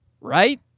right